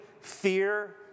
fear